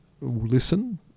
listen